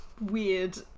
weird